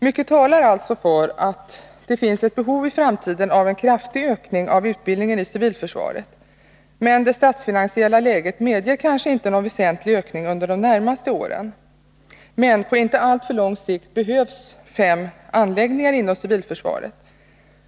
Mycket talar alltså för att det finns ett behov i framtiden av en kraftig ökning av utbildningen inom civilförsvaret. Det statsfinansiella läget medger kanske inte någon väsentlig ökning under de närmaste åren, men på inte alltför lång sikt behövs fem anläggningar inom civilförsvaret.